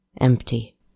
Empty